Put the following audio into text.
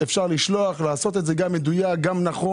אפשר לשלוח, ולעשות את זה גם מדויק וגם נכון.